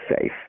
safe